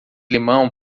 limão